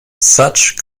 such